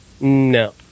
No